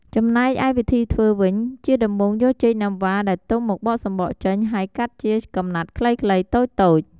ចំណែកឯវិធីធ្វើវិញ ជាដំបូងយកចេកណាំវ៉ាដែលទុំមកបកសំបកចេញ ហើយកាត់ជាកំណាត់ខ្លីៗតូចៗ។